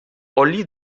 oli